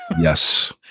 Yes